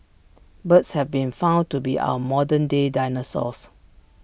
birds have been found to be our modern day dinosaurs